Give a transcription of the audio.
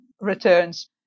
returns